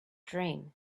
dream